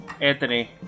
Anthony